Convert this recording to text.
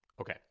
Okay